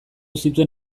zituen